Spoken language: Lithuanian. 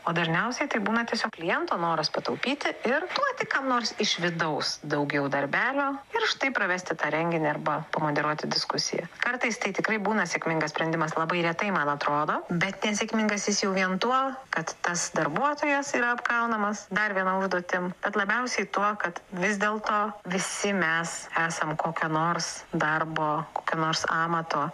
o dažniausiai tai būna tiesiog kliento noras pataupyti ir duoti kam nors iš vidaus daugiau darbelio ir štai pravesti tą renginį arba pamoderuoti diskusiją kartais tai tikrai būna sėkmingas sprendimas labai retai man atrodo bet nesėkmingas jau vien tuo kad tas darbuotojas yra apkraunamas dar viena užduotim bet labiausiai tuo kad vis dėlto visi mes esam kokio nors darbo kokio nors amato